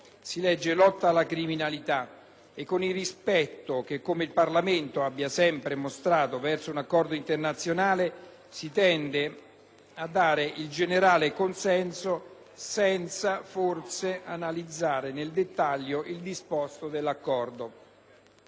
e «lotta alla criminalità» e, con il rispetto che come Parlamento abbiamo sempre mostrato verso un accordo internazionale, si tende a dare il generale consenso al provvedimento, senza forse analizzare nel dettaglio il disposto dell'Accordo.